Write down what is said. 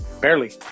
barely